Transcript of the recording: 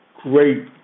great